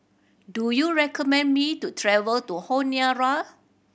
do you recommend me to travel to Honiara